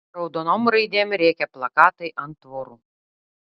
raudonom raidėm rėkė plakatai ant tvorų